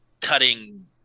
cutting